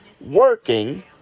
working